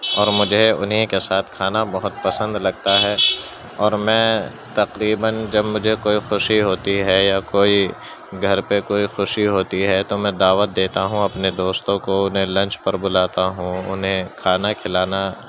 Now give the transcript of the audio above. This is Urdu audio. اور مجھے انہیں کے ساتھ کھانا بہت پسند لگتا ہے اور میں تقریباً جب مجھے کوئی خوشی ہوتی ہے یا کوئی گھر پہ کوئی خوشی ہوتی ہے تو میں دعوت دیتا ہوں اپنے دوستوں کو انہیں لنچ پر بلاتا ہوں انہیں کھانا کھلانا